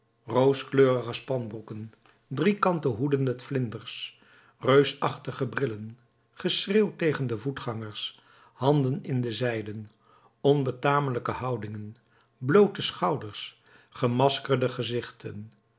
rooskleurige spanbroeken driekante hoeden met vlinders reusachtige brillen geschreeuw tegen de voetgangers handen in de zijden onbetamelijke houdingen bloote schouders gemaskerde gezichten